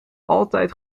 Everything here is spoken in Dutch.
altijd